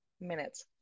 minutes